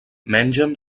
mengen